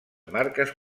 marques